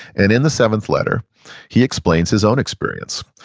and in the seventh letter he explains his own experience.